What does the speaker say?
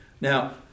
Now